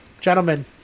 Gentlemen